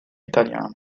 italiano